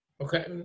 Okay